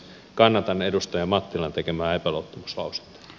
kannatan edustaja mattilan tekemää epäluottamuslausetta